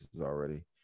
already